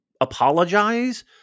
apologize